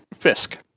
Fisk